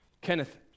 Kenneth